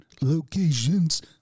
locations